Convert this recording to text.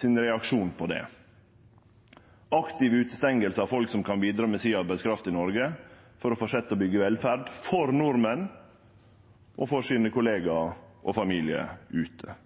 sin reaksjon på det? Det er aktiv utestenging av folk som kan bidra med si arbeidskraft i Noreg for å fortsetje å byggje velferd for nordmenn og for sine kollegaar og familiar ute.